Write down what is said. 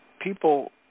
people